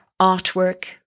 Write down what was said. artwork